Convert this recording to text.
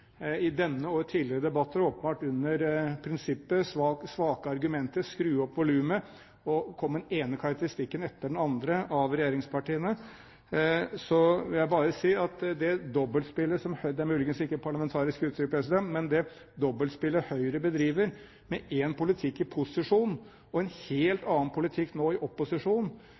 i denne debatten og har brukt det i tidligere debatter, åpenbart under prinsippet «svake argumenter, skru opp volumet», og kommer med den ene karakteristikken etter den andre av regjeringspartiene, vil jeg bare si at det dobbeltspillet – dette er muligens ikke et parlamentarisk uttrykk – som Høyre bedriver, med én politikk i posisjon og en helt annen politikk nå i opposisjon,